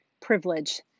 privilege